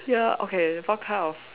ya okay what kind of